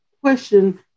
question